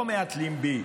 לא מהתלים בי,